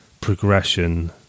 progression